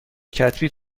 کتبی